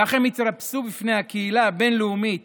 כך הם התרפסו בפני הקהילה הבין-לאומית